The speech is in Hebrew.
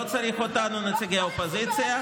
לא צריך אותנו, נציגי האופוזיציה.